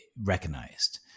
recognized